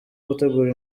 gutegura